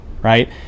right